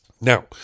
Now